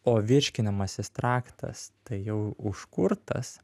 o virškinamasis traktas tai jau užkurtas